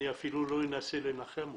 אני אפילו לא אנסה לנחם אתכם.